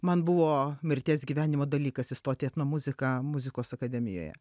man buvo mirties gyvenimo dalykas įstot į etnomuziką muzikos akademijoje